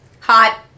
Hot